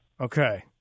Okay